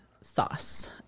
sauce